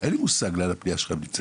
אין לי מושג איפה הפנייה שלך נמצאת.